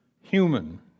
human